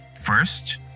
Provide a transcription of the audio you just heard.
first